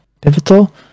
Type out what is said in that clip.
pivotal